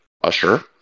Usher